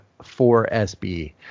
4SB